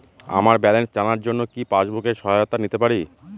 আমার ব্যালেন্স জানার জন্য কি পাসবুকের সহায়তা নিতে পারি?